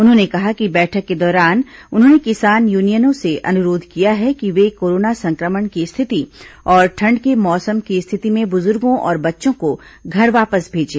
उन्होंने कहा कि बैठक के दौरान उन्होंने किसान यूनियनों से अनुरोध किया है कि वे कोरोना संक्रमण की स्थिति और ठंड के मौसम की स्थिति में बुजुर्गों और बच्चों को घर वापस भेजें